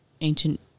ancient